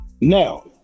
Now